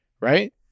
Right